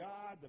God